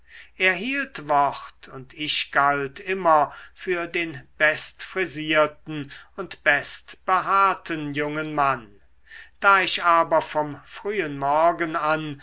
hielt wort und ich galt immer für den bestfrisierten und bestbehaarten jungen mann da ich aber vom frühen morgen an